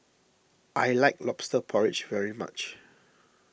I like Lobster Porridge very much